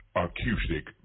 acoustic